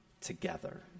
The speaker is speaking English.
together